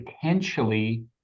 potentially